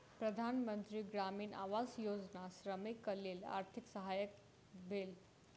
प्रधान मंत्री ग्रामीण आवास योजना श्रमिकक लेल आर्थिक सहायक भेल